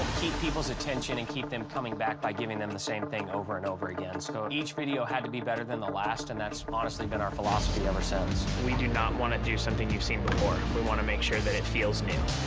keep people's attention and keep them coming back by giving them the same thing over and over again, so each video had to be better than the last, and that's honestly been our philosophy ever since. coby we do not want to do something you've seen before. we want to make sure that it feels new.